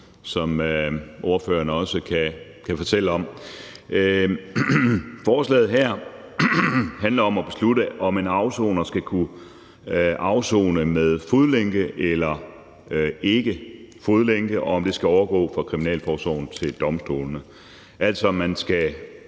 forslagsstillerne også kan fortælle om. Forslaget her handler om at beslutte, om en afsoner skal kunne afsone med fodlænke eller ikke skal kunne afsone med fodlænke, og om den beslutning skal overgå fra kriminalforsorgen til domstolene, altså om det skal